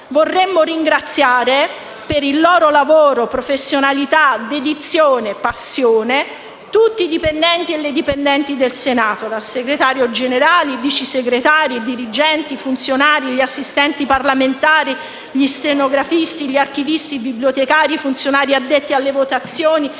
vorremmo ringraziare per il loro lavoro, professionalità, dedizione e passione, tutti i dipendenti e le dipendenti del Senato, il Segretario Generale, i Vice Segretari Generali, i dirigenti, i funzionari, gli assistenti parlamentari, gli stenografi, gli archivisti, i bibliotecari, i funzionari addetti alle votazioni,